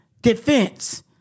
defense